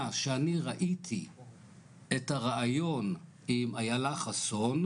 שאני ראיתי את הריאיון עם איילה חסון,